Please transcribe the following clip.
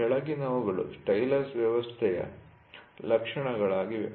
ಕೆಳಗಿನವುಗಳು stylus ವ್ಯವಸ್ಥೆಯ ಲಕ್ಷಣಗಳಾಗಿವೆ